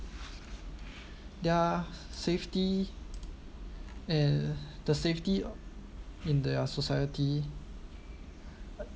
their safety and the safety in their society